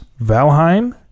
Valheim